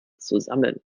zusammen